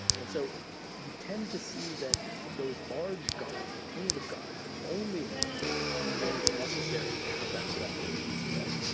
and so you tend to see that those large gods, the punitive gods, only emerge when it's necessary to have that cooperation spread.